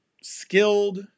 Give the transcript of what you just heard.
skilled